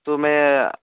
تو میں